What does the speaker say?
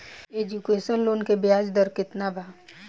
Education loan के ब्याज दर केतना बा?